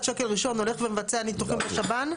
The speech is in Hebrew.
שקל ראשון הולך ומבצע ניתוחים בשב"ן?